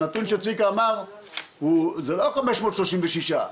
הנתון שצביקה ציין זה לא 536,